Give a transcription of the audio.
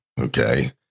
Okay